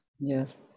Yes